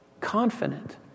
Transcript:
confident